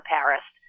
Paris